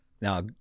now